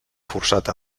forçat